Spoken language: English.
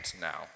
now